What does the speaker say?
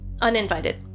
Uninvited